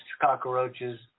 cockroaches